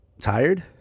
tired